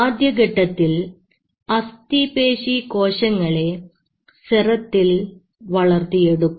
ആദ്യഘട്ടത്തിൽ അസ്ഥിപേശി കോശങ്ങളെ സെറത്തിൽ വളർത്തിയെടുക്കും